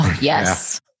yes